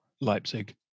Leipzig